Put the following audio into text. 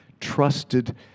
trusted